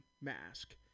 mask